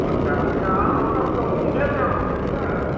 अच्छा अच्छा अपना सबके मूंग भेल रहै अहाँके की नहि